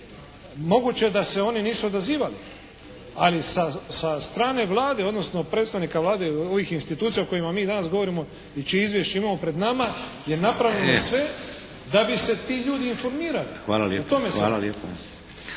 Moguće da se oni nisu odazivali, ali sa strane Vlade, odnosno predstavnika Vlade, ovih institucija o kojima mi danas govorimo i čije izvješće imamo pred nama je napravljeno sve da bi se ti ljudi informirali. O tome